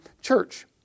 church